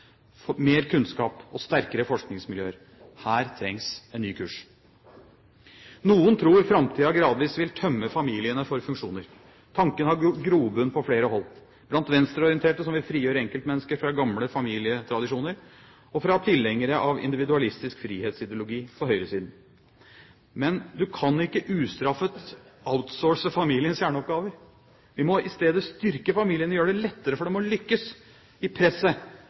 skole, mer kunnskap og sterkere forskningsmiljøer. Her trengs en ny kurs. Noen tror framtiden gradvis vil tømme familiene for funksjoner. Tanken har grobunn på flere hold, blant venstreorienterte som vil frigjøre enkeltmennesker fra gamle familietradisjoner, og blant tilhengere av individualistisk frihetsideologi på høyresiden. Men du kan ikke ustraffet «outsource» familiens kjerneoppgaver. Vi må i stedet styrke familiene, gjøre det lettere for dem å lykkes i presset